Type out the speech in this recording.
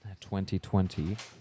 2020